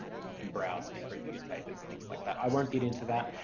you can browse different newspapers, things like that. i won't get into that,